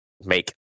make